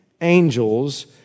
angels